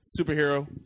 Superhero